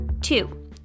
Two